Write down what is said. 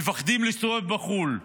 מפחדים להסתובב בחו"ל.